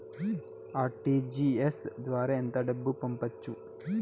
RTGS ద్వారా ఎంత డబ్బు పంపొచ్చు?